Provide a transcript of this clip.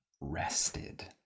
rested